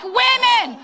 women